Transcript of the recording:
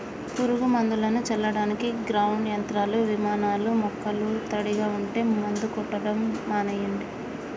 పురుగు మందులను చల్లడానికి గ్రౌండ్ యంత్రాలు, విమానాలూ మొక్కలు తడిగా ఉంటే మందు కొట్టడం మానెయ్యండి